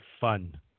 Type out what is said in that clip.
fun